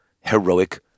heroic